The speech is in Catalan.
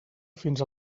fins